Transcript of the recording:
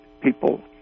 people